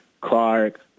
Clark